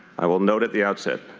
i will note at the outset.